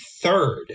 third